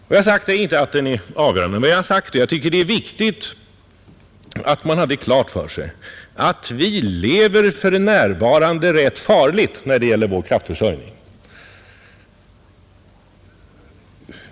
Men jag har inte sagt att den är avgörande, utan att jag tycker det är viktigt att man har klart för sig att vi för närvarande lever rätt farligt när det gäller vår kraftförsörjning.